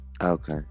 Okay